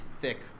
thick